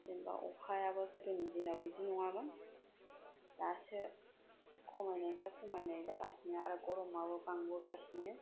जेनेबा अखायाबो गोदोनि दिनाव बिदि नङामोन दासो खमायनिफ्राय खमायनाय जागासिनो आरो गरमाबो बांबोगासिनो